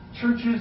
churches